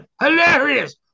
Hilarious